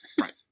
Right